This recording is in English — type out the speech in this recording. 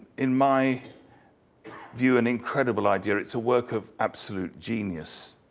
in my view, an incredible idea, it's a work of absolute genius.